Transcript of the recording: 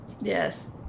Yes